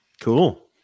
Cool